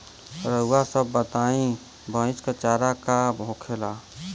रउआ सभ बताई भईस क चारा का का होखेला?